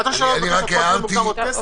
לא לייצר עוד תפקידים?